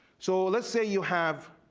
so let's say, you have